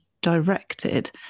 directed